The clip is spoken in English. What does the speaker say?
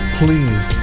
please